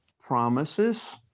promises